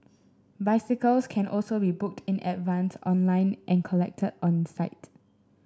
bicycles can also be booked in advance online and collected on site